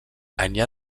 enllà